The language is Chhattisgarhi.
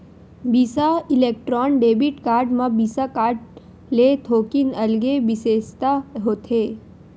बिसा इलेक्ट्रॉन डेबिट कारड म बिसा कारड ले थोकिन अलगे बिसेसता होथे